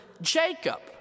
Jacob